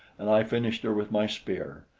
and i finished her with my spear.